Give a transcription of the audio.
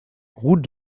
route